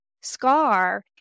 scar